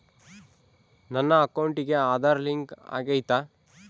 ನನ್ನ ಅಕೌಂಟಿಗೆ ಆಧಾರ್ ಲಿಂಕ್ ಆಗೈತಾ?